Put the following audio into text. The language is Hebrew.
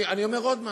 אני אומר עוד משהו,